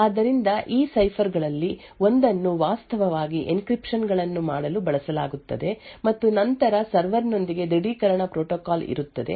ಆದ್ದರಿಂದ ಈ ಸೈಫರ್ ಗಳಲ್ಲಿ ಒಂದನ್ನು ವಾಸ್ತವವಾಗಿ ಎನ್ಕ್ರಿಪ್ಶನ್ ಗಳನ್ನು ಮಾಡಲು ಬಳಸಲಾಗುತ್ತದೆ ಮತ್ತು ನಂತರ ಸರ್ವರ್ ನೊಂದಿಗೆ ದೃಢೀಕರಣ ಪ್ರೋಟೋಕಾಲ್ ಇರುತ್ತದೆ